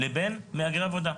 לבין מהגרי עבודה.